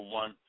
one